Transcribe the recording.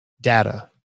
data